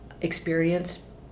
experience